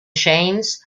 james